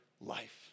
life